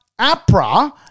APRA